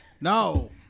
No